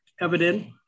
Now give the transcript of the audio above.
Evident